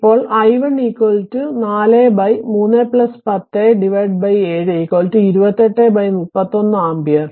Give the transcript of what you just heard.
ഇപ്പോൾ i1 4 3 10 7 2831 ampere